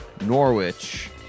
Norwich